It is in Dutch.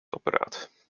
apparaat